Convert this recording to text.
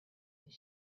his